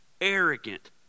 arrogant